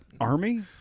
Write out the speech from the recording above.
Army